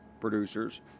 producers